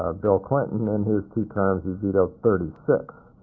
ah bill clinton, in his two terms he vetoed thirty six.